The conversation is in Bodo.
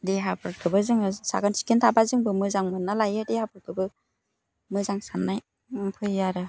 देहाफोरखौबो जोङो साखोन सिखोन थाबा जोंबो मोजां मोन्ना लायो देहाफोरखौबो मोजां सान्नाय फैयो आरो